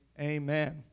Amen